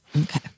Okay